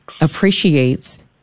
appreciates